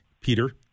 Peter